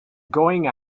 going